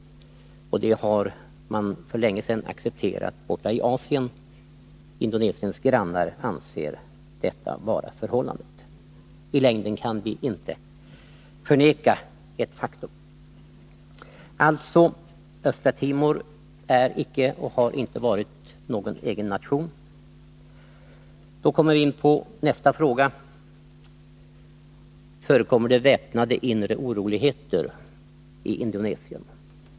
Det har man för länge sedan accepterat borta i Asien — Indonesiens grannar anser detta vara förhållandet. I längden kan vi inte förneka ett faktum. Alltså: Östra Timor är icke och har inte varit någon egen nation. Då kommer vi in på nästa fråga: Förekommer det väpnade inre oroligheter i Indonesien?